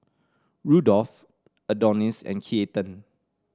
Rudolf Adonis and Keaton